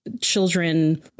children